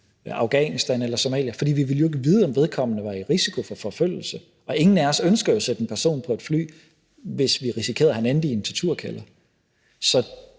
Afghanistan eller Somailia, for vi ville jo ikke vide, om vedkommende var i risiko for forfølgelse, og ingen af os ville ønske at sende en person på et fly, hvis vi risikerede, at han endte i en torturkælder. Så